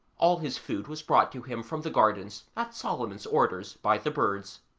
all his food was brought to him from the gardens at solomon's orders by the birds.